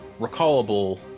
recallable